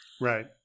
Right